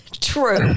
True